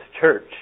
church